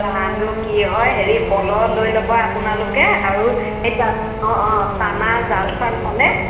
জানো কি হয় হেৰি প'ল' লৈ ল'ব আপোনালোকে আৰু সেই টান অঁ অঁ টানা জাল চাল পালে